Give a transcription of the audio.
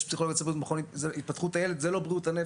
יש פסיכולוגיה ציבורית במכון להתפתחות הילד זו לא בריאות הנפש.